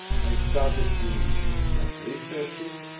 i started to, like, research it,